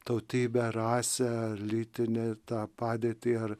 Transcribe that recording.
tautybę rasę lytį ir tą padėtį ar